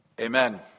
Amen